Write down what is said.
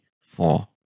four